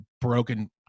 broken